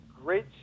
great